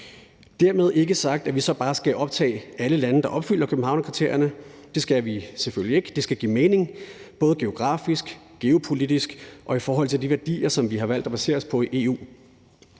Dermed ikke sagt, at vi så bare skal optage alle lande, der opfylder Københavnskriterierne; det skal vi selvfølgelig ikke. Det skal give mening både geografisk, geopolitisk og i forhold til de værdier, som vi har valgt at basere os på i EU.